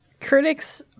Critics